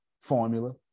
formula